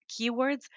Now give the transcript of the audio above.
keywords